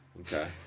okay